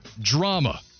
drama